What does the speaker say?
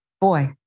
boy